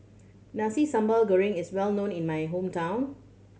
Nasi Sambal Goreng is well known in my hometown